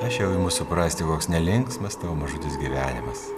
aš jau imu suprasti koks nelinksmas tavo mažutis gyvenimas